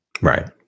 Right